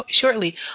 shortly